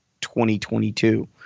2022